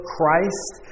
Christ